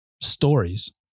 stories